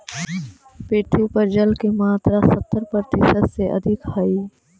पृथ्वी पर जल के मात्रा सत्तर प्रतिशत से अधिक हई